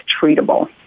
treatable